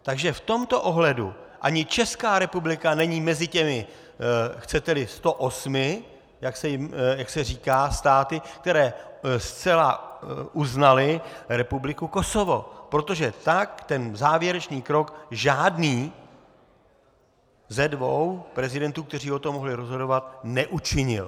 Takže v tomto ohledu ani Česká republika není mezi těmi, chceteli, sto osmi, jak se říká, státy, které zcela uznaly Republiku Kosovo, protože ten závěrečný krok žádný ze dvou prezidentů, kteří o tom měli rozhodovat, neučinil.